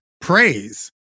praise